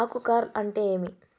ఆకు కార్ల్ అంటే ఏమి?